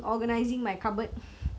mm mm mm